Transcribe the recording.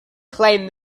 claimed